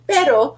Pero